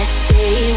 stay